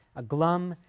a glum,